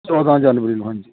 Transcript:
ਚੌਦ੍ਹਾਂ ਜਨਵਰੀ ਨੂੰ ਹਾਂਜੀ